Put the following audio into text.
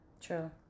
True